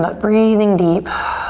but breathing deep.